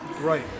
Right